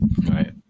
Right